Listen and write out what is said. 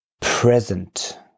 present